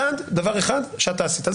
דבר אחד שאתה עשית.